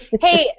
Hey